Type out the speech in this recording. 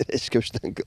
reiškia užtenka